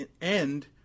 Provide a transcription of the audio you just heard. end